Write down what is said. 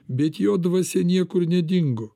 bet jo dvasia niekur nedingo